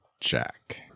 Jack